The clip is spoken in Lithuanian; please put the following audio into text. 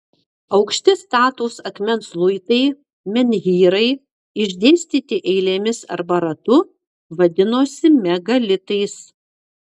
aukšti statūs akmens luitai menhyrai išdėstyti eilėmis arba ratu vadinosi megalitais